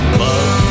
love